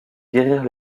guérir